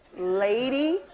lady.